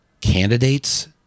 candidates